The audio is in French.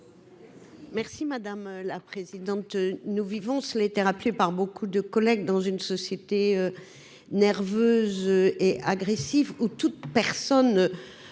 Merci madame la présidente, nous vivons l'été rappelé par beaucoup de collègues dans une société nerveuse et agressive ou toute personne